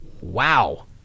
Wow